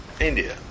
India